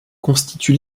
constitue